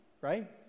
right